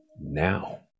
now